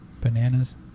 Bananas